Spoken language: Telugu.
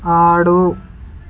ఆడు